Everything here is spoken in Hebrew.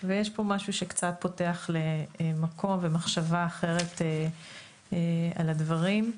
ויש פה משהו שקצת פותח למקום ומחשבה אחרת על הדברים.